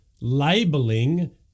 labeling